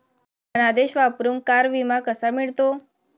धनादेश वापरून कार विमा कसा मिळतो?